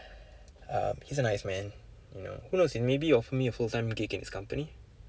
um he's a nice man you know who knows maybe he will offer me a full them gig in his company